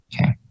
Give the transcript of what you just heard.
Okay